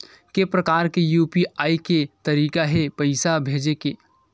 के प्रकार के यू.पी.आई के तरीका हे पईसा भेजे के?